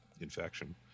infection